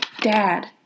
Dad